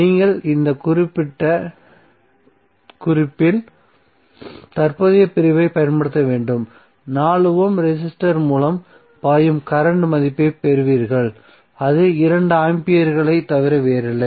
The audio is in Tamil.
நீங்கள் இந்த குறிப்பிட்ட குறிப்பில் தற்போதைய பிரிவைப் பயன்படுத்த வேண்டும் 4 ஓம் ரெசிஸ்டரின் மூலம் பாயும் கரண்ட் மதிப்பைப் பெறுவீர்கள் அது 2 ஆம்பியர்களைத் தவிர வேறில்லை